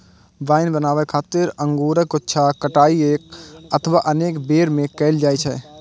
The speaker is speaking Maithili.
वाइन बनाबै खातिर अंगूरक गुच्छाक कटाइ एक अथवा अनेक बेर मे कैल जाइ छै